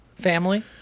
family